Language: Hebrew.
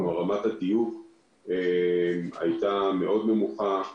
רמת הדיוק הייתה מאוד נמוכה,